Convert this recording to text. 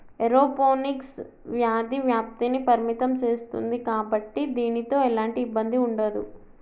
aeroponics వ్యాధి వ్యాప్తిని పరిమితం సేస్తుంది కాబట్టి దీనితో ఎలాంటి ఇబ్బంది ఉండదు